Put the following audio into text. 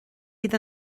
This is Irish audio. iad